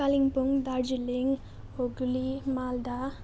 Kalimpong Darjeeling Hooghly Malda